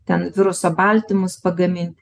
ten viruso baltymus pagamint